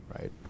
right